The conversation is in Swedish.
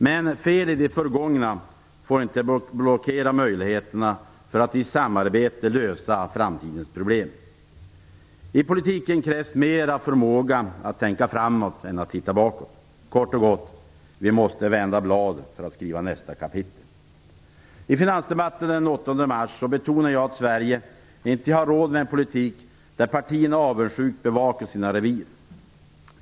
Men fel i det förgångna får inte blockera möjligheterna att i samarbete lösa framtidens problem. I politiken krävs mer av förmåga att tänka framåt än att titta bakåt. Kort och gott - vi måste vända bladet för att skriva nästa kapitel. I finansdebatten den 8 mars betonade jag att Sverige inte har råd med en politik där partierna avundsjukt bevakar sina revir.